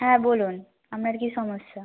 হ্যাঁ বলুন আপনার কী সমস্যা